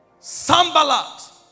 Sambalat